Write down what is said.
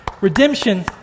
redemption